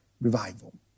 revival